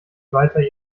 weiter